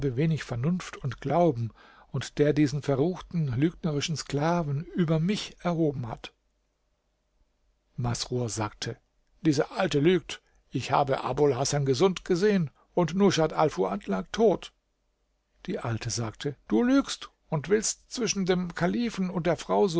wenig vernunft und glauben und der diesen verruchten lügnerischen sklaven über mich erhoben hat masrur sagte diese alte lügt ich habe abul hasan gesund gesehen und rushat alfuad lag tot die alte sagte du lügst und willst zwischen dem kalifen und der frau